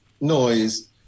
noise